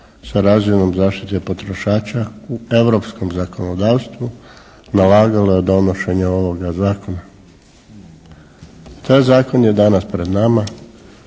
sa razinom zaštite potrošača u europskom zakonodavstvu nalagalo je donošenje ovoga zakona.